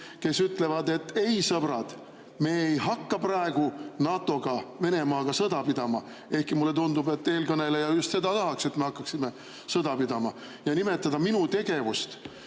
kes ütlevad, et ei, sõbrad, NATO ei hakka praegu Venemaaga sõda pidama. Ehkki mulle tundub, et eelkõneleja just seda tahaks, et me hakkaksime sõda pidama. Nimetada minu tegevust